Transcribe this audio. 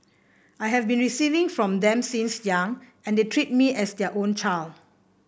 I have been receiving from them since young and they treat me as their own child